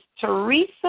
Teresa